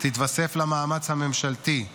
תתווסף למאמץ הממשלתי זה